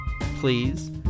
please